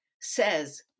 says